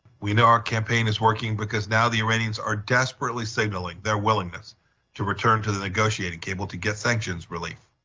we know our campaign is working because now the iranians are desperately signaling their willingness to return to the negotiating table to get sanctions relief.